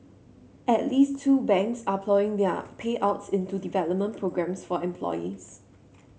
at least two banks are ploughing their payouts into development programmes for employees